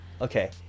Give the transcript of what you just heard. Okay